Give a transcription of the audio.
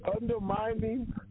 undermining